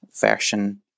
version